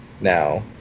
now